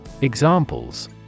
Examples